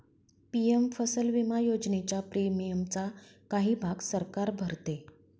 PM फसल विमा योजनेच्या प्रीमियमचा काही भाग सरकार भरते